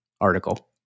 article